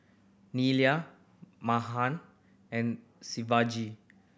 Neila Mahan and Shivaji